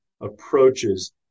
approaches